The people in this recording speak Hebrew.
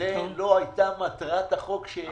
- זו לא הייתה מטרת החוק.